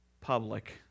public